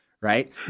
right